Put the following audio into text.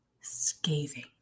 scathing